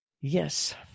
Yes